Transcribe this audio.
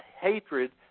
hatred